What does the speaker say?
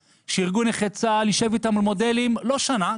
שארגון נכי צה"ל יישב איתם על מודלים לא שנה,